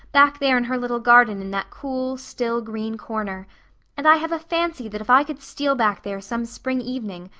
back there in her little garden in that cool, still, green corner and i have a fancy that if i could steal back there some spring evening,